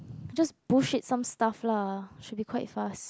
just bullshit some stuff lah should be quite fast